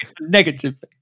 negative